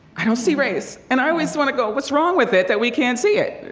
i don't see race. and i always want to go, what's wrong with it that we can't see it?